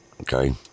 Okay